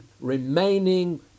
remaining